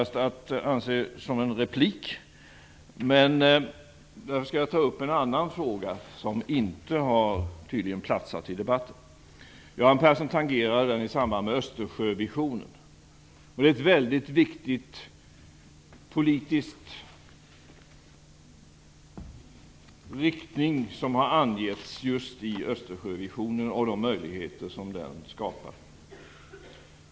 Sedan vill jag ta upp en annan fråga som inte har haft någon plats i debatten. Göran Persson tangerade den i samband med Östersjövisionen. Det gäller en väldigt viktig politisk inriktning som har angetts just i Östersjövisionen och de möjligheter som den skapar.